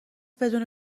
بدون